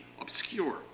obscure